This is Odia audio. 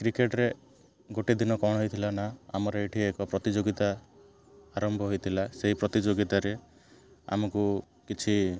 କ୍ରିକେଟରେ ଗୋଟିଏ ଦିନ କ'ଣ ହେଇଥିଲା ନା ଆମର ଏଠି ଏକ ପ୍ରତିଯୋଗିତା ଆରମ୍ଭ ହୋଇଥିଲା ସେଇ ପ୍ରତିଯୋଗିତାରେ ଆମକୁ କିଛି